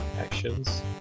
Actions